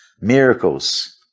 miracles